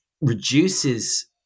reduces